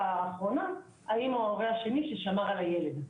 האחרונה היא האם הוא ההורה השני ששמר על הילד.